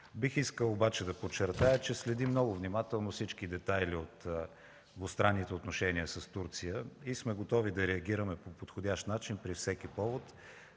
Бих искал обаче да подчертая, че следим много внимателно всички детайли от двустранните отношения с Турция и сме готови да реагираме по подходящ начин при всеки повод.